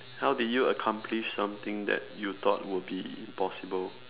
how did you accomplish something that you thought would be impossible